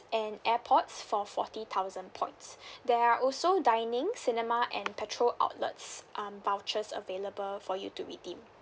and airpods for forty thousand points there are also dining cinema and petrol outlets um vouchers available for you to redeem